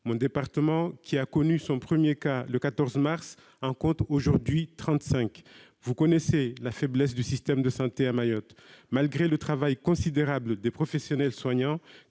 Mon département, qui a connu son premier cas le 14 mars, en compte aujourd'hui trente-cinq. Vous connaissez la faiblesse du système de santé à Mayotte. Malgré le travail considérable des professionnels soignants,